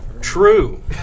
True